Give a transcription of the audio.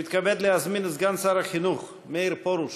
אני מתכבד להזמין את סגן שר החינוך מאיר פרוש.